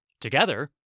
Together